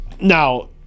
Now